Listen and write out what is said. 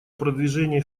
продвижение